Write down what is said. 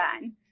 done